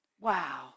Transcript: Wow